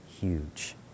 huge